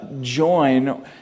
join